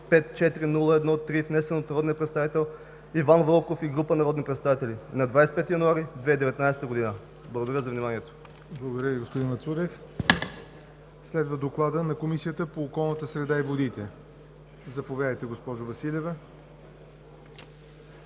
954-01-3, внесен от народния представител Иван Вълков и група народни представители на 25 януари 2019 г.“ Благодаря. ПРЕДСЕДАТЕЛ ЯВОР НОТЕВ: Благодаря Ви, господин Мацурев. Следва Доклад на Комисията по околната среда и водите. Заповядайте, госпожо Василева.